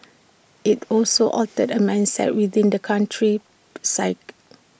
IT also altered A mindset within the country's psyche